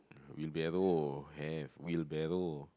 wheelbarrow have wheelbarrow